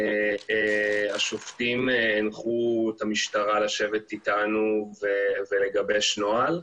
השופטים הנחו את המשטרה לשבת איתנו ולגבש נוהל.